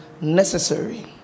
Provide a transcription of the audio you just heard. necessary